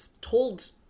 told